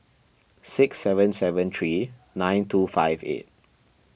six seven seven three nine two five eight